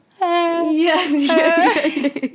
yes